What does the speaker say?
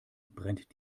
brennt